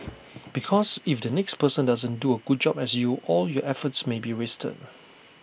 because if the next person doesn't do A good job as you all your efforts may be wasted